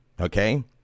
Okay